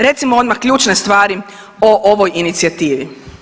Recimo odmah ključne stvari o ovoj inicijativi.